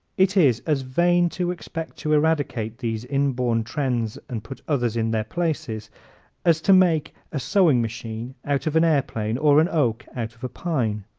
it is as vain to expect to eradicate these inborn trends and put others in their places as to make a sewing machine out of an airplane or an oak out of a pine.